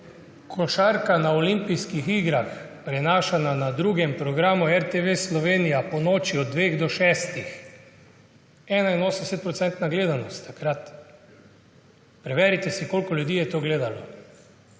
košarka na olimpijskih igrah, prenašana na drugem programu RTV Slovenija ponoči od dveh do šestih, takrat je bila gledanost 81 %. Preverite, koliko ljudi je to gledalo.